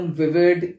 vivid